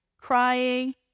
crying